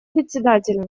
председателя